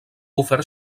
ofert